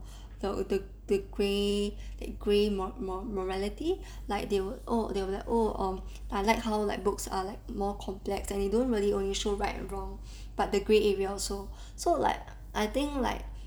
that the the grey the grey mor~ mor~ morality like they will oh they'll be like oh um I like how looks are like more complex and they don't really only show right and wrong but the grey area also so like I think like